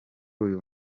uyu